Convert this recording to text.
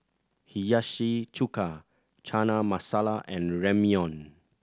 Hiyashi Chuka Chana Masala and Ramyeon